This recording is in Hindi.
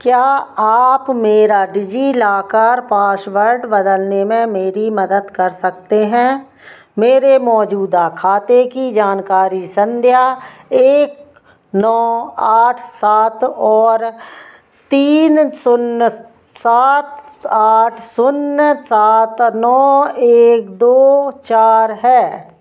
क्या आप मेरा डिजिलाकर पासवर्ड बदलने में मेरी मदद कर सकते हैं मेरे मौजूदा खाते की जानकारी संख्या एक नौ आठ सात और तीन शून्य सात आठ शून्य सात नौ एक दो चार है